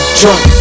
drunk